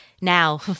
now